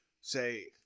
Say